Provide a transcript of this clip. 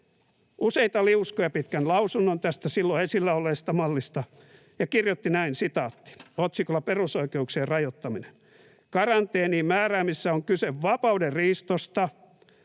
useita liuskoja pitkän lausunnon tästä silloin esillä olleesta mallista ja kirjoitti otsikolla ”Perusoikeuksien rajoittaminen” näin: ”Karanteeniin määräämisessä on kyse vapaudenriistoa